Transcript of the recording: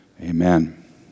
Amen